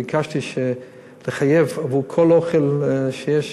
ביקשתי שיחייב עבור כל אוכל שיש,